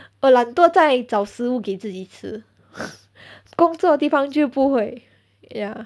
我懒惰在找食物给自己吃工作地方就不会 ya